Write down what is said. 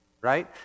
right